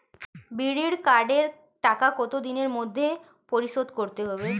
বিড়ির কার্ডের টাকা কত দিনের মধ্যে পরিশোধ করতে হবে?